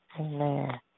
Amen